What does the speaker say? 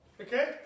Okay